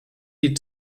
die